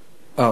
אני ויתרתי.